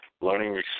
learning